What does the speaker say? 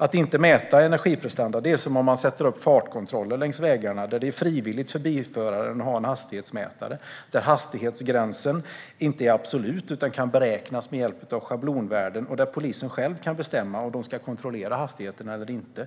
Att inte mäta energiprestanda är som att sätta upp fartkontroller längs vägarna där det är frivilligt för bilföraren att ha en hastighetsmätare, där hastighetsgränsen inte är absolut utan kan beräknas med hjälp av schablonvärden, där polisen själv kan bestämma om man ska kontrollera hastigheten eller inte